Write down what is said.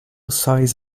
size